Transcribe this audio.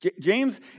James